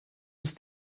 ist